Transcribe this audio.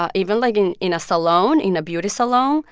ah even, like, in in a salon, in a beauty salon, um